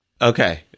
Okay